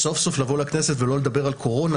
סוף סוף לבוא לכנסת ולא לדבר על קורונה,